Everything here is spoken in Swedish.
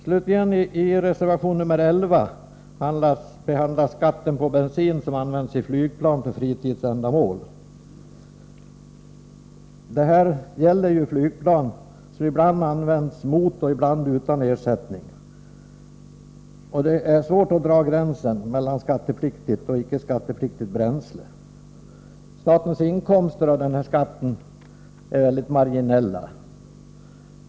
Slutligen behandlas i reservation 11 skatten på bensin som används i flygplan för fritidsändamål. Här gäller det ju flygplan som ibland används mot och ibland utan ersättning, och det är svårt att dra gränsen mellan skattepliktigt och icke skattepliktigt bränsle. Statens inkomster av den här skatten är väldigt marginella.